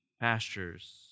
pastures